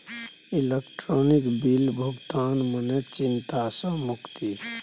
electronic bill भुगतान मने चिंता सँ मुक्ति